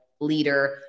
leader